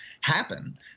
happen